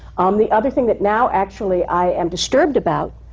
um the other thing that now, actually, i am disturbed about,